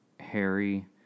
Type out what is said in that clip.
Harry